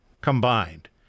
combined